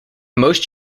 most